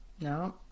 No